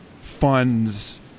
funds